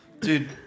Dude